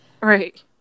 Right